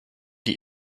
die